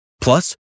Plus